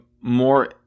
more